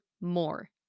more